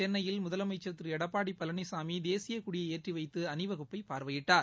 சென்னையில் முதலமைச்சர் திரு எடப்பாடி பழனிசாமி தேசியக் கொடியை ஏற்றிவைத்து அணிவகுப்பை பார்வையிட்டார்